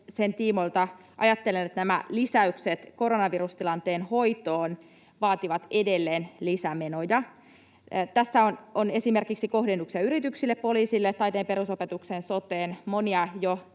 Sen tiimoilta ajattelen, että nämä lisäykset koronavirustilanteen hoitoon vaativat edelleen lisämenoja. Tässä on esimerkiksi kohdennuksia yrityksille, poliisille, taiteen perusopetukseen, soteen — monia jo